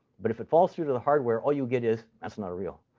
but if it falls through to the hardware, all you'll get is that's not a real.